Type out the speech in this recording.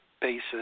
basis